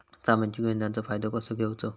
सामाजिक योजनांचो फायदो कसो घेवचो?